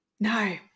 No